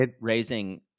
Raising –